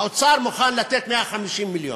האוצר מוכן לתת 150 מיליון,